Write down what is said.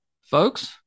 folks